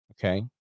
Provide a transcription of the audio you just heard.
okay